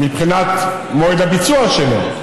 מבחינת מועד הביצוע שלו,